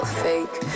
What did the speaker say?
fake